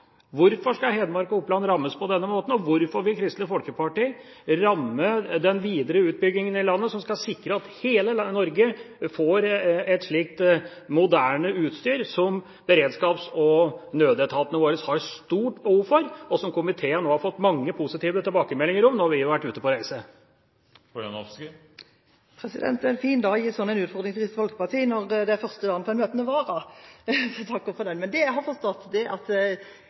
Hvorfor skal Hedmark og Oppland rammes på denne måten? Hvorfor vil Kristelig Folkeparti ramme den videre utbyggingen i landet, som skal sikre at hele Norge får et slikt moderne utstyr, som beredskaps- og nødetatene våre har stort behov for, og som komiteen også har fått mange positive tilbakemeldinger om når vi har vært ute på reise? Det er en fin dag å gi en slik utfordring til Kristelig Folkeparti på når det er første dag for en møtende vara – jeg takker for den! Men det jeg har forstått, er at